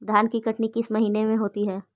धान की कटनी किस महीने में होती है?